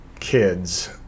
kids